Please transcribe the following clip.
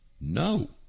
No